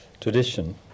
tradition